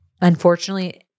unfortunately